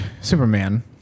Superman